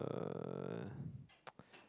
uh